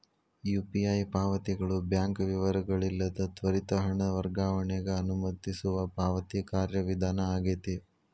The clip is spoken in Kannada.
ಯು.ಪಿ.ಐ ಪಾವತಿಗಳು ಬ್ಯಾಂಕ್ ವಿವರಗಳಿಲ್ಲದ ತ್ವರಿತ ಹಣ ವರ್ಗಾವಣೆಗ ಅನುಮತಿಸುವ ಪಾವತಿ ಕಾರ್ಯವಿಧಾನ ಆಗೆತಿ